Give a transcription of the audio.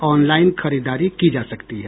online खरीददारी की जा सकती है